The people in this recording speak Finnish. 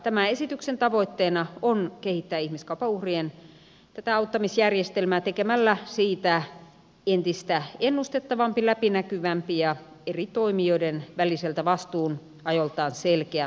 tämän esityksen tavoitteena on kehittää tätä ihmiskaupan uhrien auttamisjärjestelmää tekemällä siitä entistä ennustettavampi läpinäkyvämpi ja eri toimijoiden väliseltä vastuunjaoltaan selkeämpi kokonaisuus